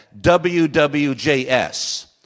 WWJS